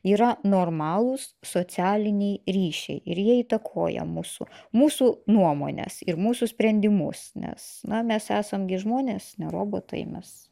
yra normalūs socialiniai ryšiai ir jie įtakoja mūsų mūsų nuomones ir mūsų sprendimus nes na mes esam gi žmonės ne robotai mes